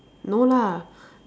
no lah